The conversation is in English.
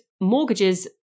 mortgages